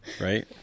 right